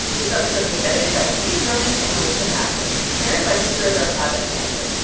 this episode was edited by steve drummond and elissa nadworny. erin register is our project manager.